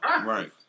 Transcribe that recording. Right